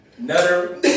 Nutter